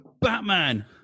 Batman